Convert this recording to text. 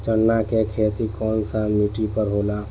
चन्ना के खेती कौन सा मिट्टी पर होला?